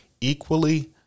Equally